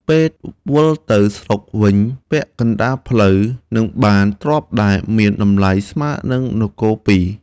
ពេលវិលទៅស្រុកវិញពាក់កណ្ដាលផ្លូវ នឹងបានទ្រព្យដែលមានតម្លៃស្មើនឹងនគរពីរ។